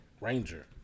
Ranger